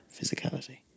physicality